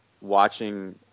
watching